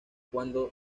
cuando